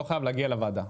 לא חייבת להגיע לוועדה.